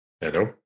Hello